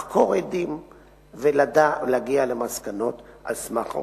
לחקור עדים לגביהם ולהגיע למסקנות על סמך העובדות.